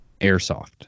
airsoft